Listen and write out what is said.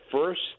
first